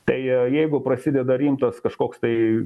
tai jeigu prasideda rimtas kažkoks tai